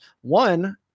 one